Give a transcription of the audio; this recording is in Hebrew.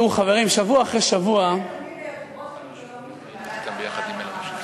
הוא יהיה תמיד היושב-ראש המיתולוגי של ועדת העבודה,